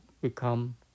become